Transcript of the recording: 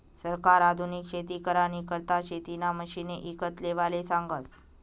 सरकार आधुनिक शेती करानी करता शेतीना मशिने ईकत लेवाले सांगस